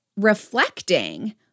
reflecting